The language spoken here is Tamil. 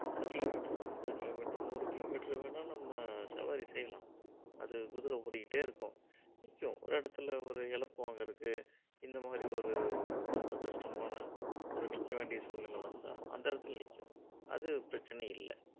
எத்தனை கிலோ மீட்ரு ஐம்பது கிலோ மீட்ரு நூறு கிலோ மீட்ரு வேணா நம்ம சவாரி செய்யலாம் அது குதிர ஓடிக்கிட்டே இருக்கும் நிற்கும் ஒரு இடத்துல ஒரு எளப்பு வாங்குறக்கு இந்த மாதிரி ஒரு ரொம்ப கஷ்டமான ஒரு நிற்க வேண்டிய சூழ்நிலை வந்தால் அந்த இடத்துல நிற்கும் அது பிரச்சனை இல்லை